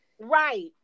right